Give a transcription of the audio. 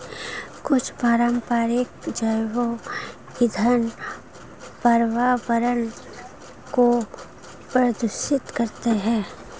कुछ पारंपरिक जैव ईंधन पर्यावरण को प्रदूषित करते हैं